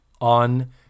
on